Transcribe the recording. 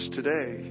today